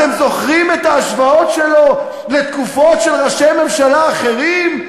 אתם זוכרים את ההשוואות שלו לתקופות של ראשי ממשלה אחרים,